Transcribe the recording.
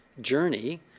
journey